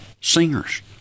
singers